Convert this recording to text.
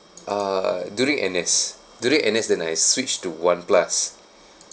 uh during N_S during N_S then I switched to one-plus